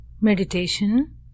Meditation